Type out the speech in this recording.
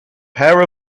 pair